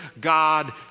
God